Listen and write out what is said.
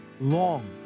long